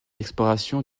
exploration